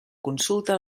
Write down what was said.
consulta